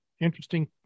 interesting